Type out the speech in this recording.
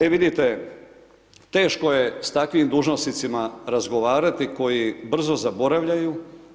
E vidite, teško je s takvim dužnosnicima razgovarati koji brzo zaboravljaju.